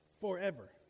forever